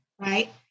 right